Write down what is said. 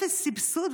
אפס סבסוד,